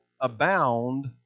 abound